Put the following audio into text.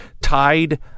tied